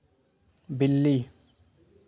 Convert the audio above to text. बिल्ली